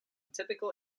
typical